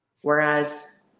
Whereas